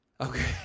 Okay